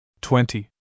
twenty